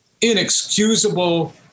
inexcusable